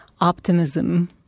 optimism